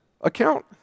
account